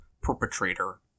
perpetrator